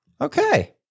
Okay